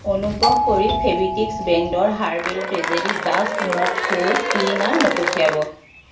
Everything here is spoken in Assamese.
অনুগ্ৰহ কৰি ফেভিটিক্স ব্ৰেণ্ডৰ হাৰ্বেল ট্ৰেজেডী জাষ্ট মপ ফ্ল'ৰ ক্লিনাৰ নপঠিয়াব